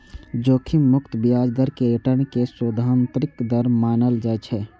जोखिम मुक्त ब्याज दर कें रिटर्न के सैद्धांतिक दर मानल जाइ छै